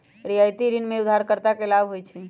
रियायती ऋण में उधारकर्ता के लाभ होइ छइ